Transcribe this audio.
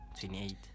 28